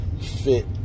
fit